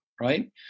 right